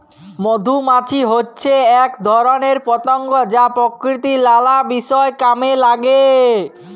মধুমাছি হচ্যে এক ধরণের পতঙ্গ যা প্রকৃতির লালা বিষয় কামে লাগে